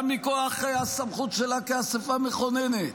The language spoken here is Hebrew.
גם מכוח הסמכות שלה כאספה מכוננת.